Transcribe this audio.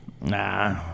Nah